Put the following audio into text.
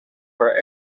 for